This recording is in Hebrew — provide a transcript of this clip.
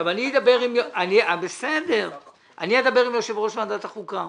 אני אדבר עם יושב-ראש ועדת החוקה,